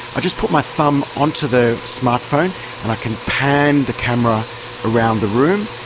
i just put my thumb onto the smartphone and i can pan the camera around the room,